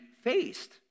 faced